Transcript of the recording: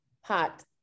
hot